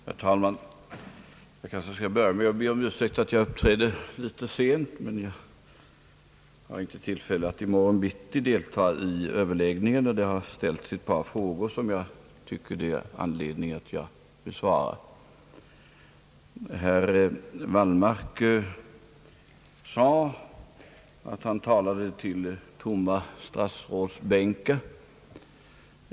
Herr talman! Jag kanske skall börja med att be om ursäkt för att jag uppträder så här sent, men jag har inte tillfälle att delta i överläggningen i morgon förmiddag, och det har ställts ett par frågor som jag tycker att jag har anledning att besvara. Herr Wallmark sade att han talade till tomma statsrådsbänkar.